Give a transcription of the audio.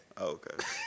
Okay